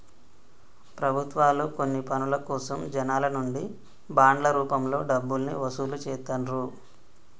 ప్రభుత్వాలు కొన్ని పనుల కోసం జనాల నుంచి బాండ్ల రూపంలో డబ్బుల్ని వసూలు చేత్తండ్రు